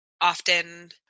often